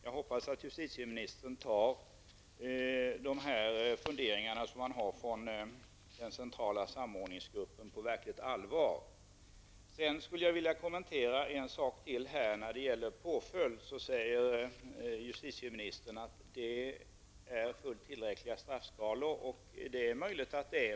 Jag hoppas att justitieministern tar den centrala samordningsgruppens funderingar på verkligt allvar. Vad gäller påföljden säger justitieministern att vi har fullt tillräckliga straffskalor, och det är möjligt.